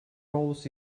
roles